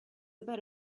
about